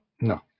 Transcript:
No